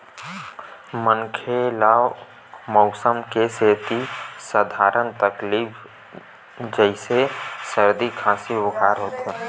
मनखे ल मउसम के सेती सधारन तकलीफ जइसे सरदी, खांसी, बुखार होथे